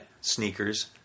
sneakers